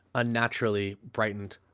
unnaturally brightened,